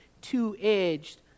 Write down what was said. two-edged